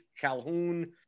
Calhoun